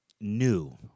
new